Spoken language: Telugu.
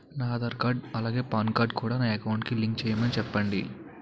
నా ఆధార్ కార్డ్ అలాగే పాన్ కార్డ్ కూడా నా అకౌంట్ కి లింక్ చేయమని చెప్పండి